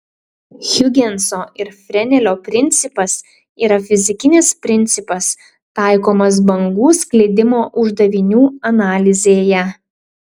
hiugenso ir frenelio principas yra fizikinis principas taikomas bangų sklidimo uždavinių analizėje